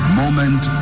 moment